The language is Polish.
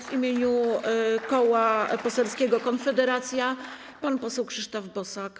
W imieniu Koła Poselskiego Konfederacja pan poseł Krzysztof Bosak.